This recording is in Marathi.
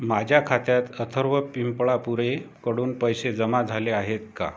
माझ्या खात्यात अथर्व पिंपळापुरेकडून पैसे जमा झाले आहेत का